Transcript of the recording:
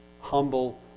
humble